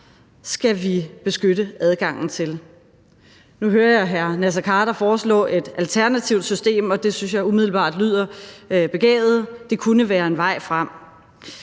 skal vi beskytte adgangen til. Nu hører jeg hr. Naser Khader foreslå et alternativt system, og det synes jeg umiddelbart lyder begavet, og det kunne være en vej frem.